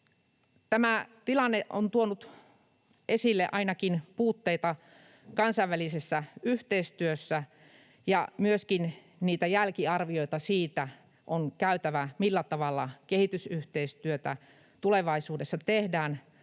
Tämä tilanne on tuonut esille ainakin puutteita kansainvälisessä yhteistyössä, ja myöskin jälkiarvioita on käytävä siitä, millä tavalla kehitysyhteistyötä tulevaisuudessa tehdään